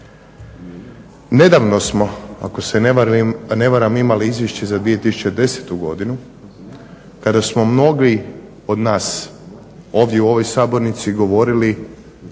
Nedavno smo ako se ne varam imali Izvješće za 2010. godinu kada smo mnogi od nas ovdje u ovoj Sabornici govorili